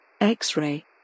X-ray